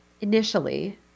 initially